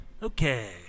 Okay